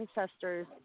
ancestors